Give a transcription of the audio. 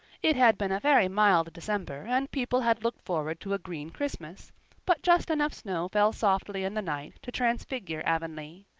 it had been a very mild december and people had looked forward to a green christmas but just enough snow fell softly in the night to transfigure avonlea.